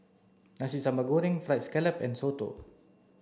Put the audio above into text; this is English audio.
Nasi Sambal Goreng fried scallop and Soto